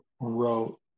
wrote